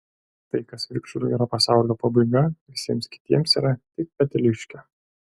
tai kas vikšrui yra pasaulio pabaiga visiems kitiems yra tik peteliškė